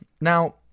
Now